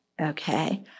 okay